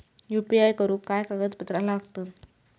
UPI करुक काय कागदपत्रा लागतत?